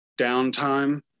downtime